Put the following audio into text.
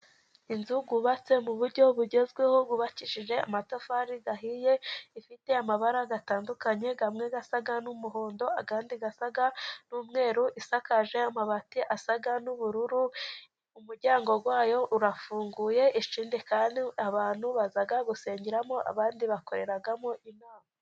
inzu yubatse mu buryo bugezweho bwubakishije amatafari ahiye ifite amabara atandukanye kamwe gasa n'umuhondo akandi gasa n'umweru isakaje amabati asa n'ubururu umuryango wayo urafunguye ikindi kandi abantu baza gusengeramo abandi bakoreramo inama